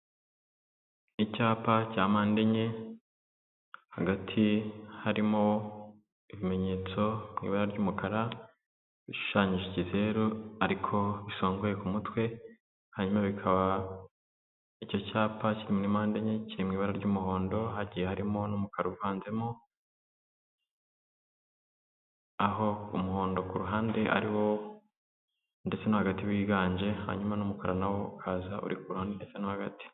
Icyapa cya mpande enye hagati harimo ibimenyetso mu ibara ry'umukara, bishushanyije ikizeru ariko bisongoye ku mutwe hanyuma bikaba icyo cyapa kiri muri mpande enye kiri mu ibara ry'umuhondo hagiye harimo n'umukara uvanzemo, aho umuhondo ku ruhande ariwo ndetse no hagati wiganje hanyuma n'umukara nawo ukaza uri ku ruhande ndetse no hagati.